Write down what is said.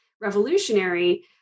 revolutionary